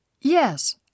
Yes